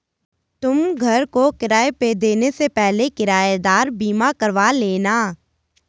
तुम घर को किराए पे देने से पहले किरायेदार बीमा करवा लेना